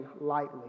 lightly